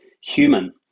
human